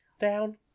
down